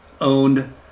owned